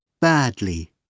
Badly